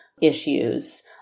issues